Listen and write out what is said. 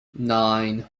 nine